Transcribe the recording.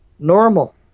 Normal